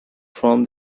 from